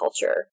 culture